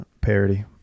parody